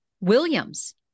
Williams